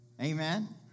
Amen